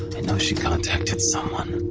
and she contacted someone.